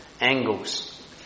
angles